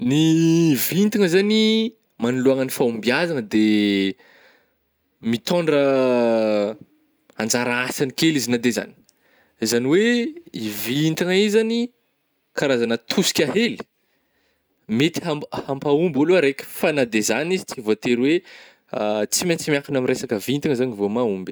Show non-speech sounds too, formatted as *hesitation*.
Ny *hesitation* vintagna zany manoloagna ny fahombiazagna de mitôndra *hesitation* anjara asany kely na de zany, zany hoe i vintagna io zany karazagna tosika hely mety hap- hampahomby ôlo araika fa na de zany izy tsy voatery hoe *hesitation* tsy maintsy miankigna amin'ny resaka vintagna zany vô mahomby.